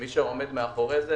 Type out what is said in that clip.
מי שעומד מאחורי זה,